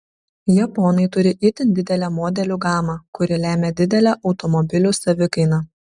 japonai turi itin didelę modelių gamą kuri lemią didelę automobilių savikainą